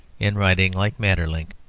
in writing like maeterlinck.